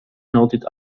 noted